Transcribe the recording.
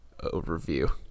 overview